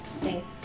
Thanks